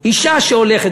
אישה שהולכת,